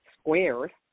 squared